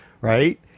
Right